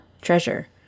treasure